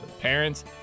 parents